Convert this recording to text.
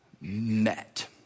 met